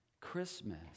Christmas